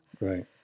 Right